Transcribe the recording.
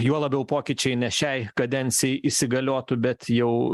juo labiau pokyčiai ne šiai kadencijai įsigaliotų bet jau